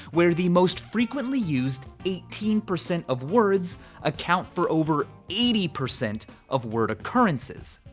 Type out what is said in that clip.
where the most frequently used eighteen percent of words account for over eighty percent of word occurrences.